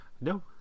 No